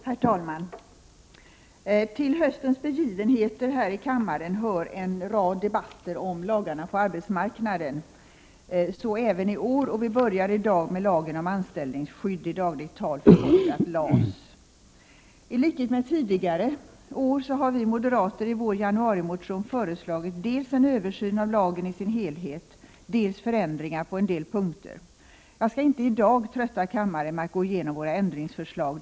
Herr talman! Till höstarnas begivenheter här i kammaren hör en rad debatter om lagarna på arbetsmarknaden. Så även i år, och vi börjar i dag med lagen om anställningsskydd, i dagligt tal förkortad LAS. Tlikhet med tidigare år har vi moderater i vår januarimotion föreslagit dels en översyn av lagen i sin helhet, dels förändringar på en del punkter. Jag skall inte i dag trötta kammaren med att gå igenom våra ändringsförslag.